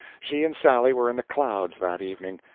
she and sally were in the clouds that evening.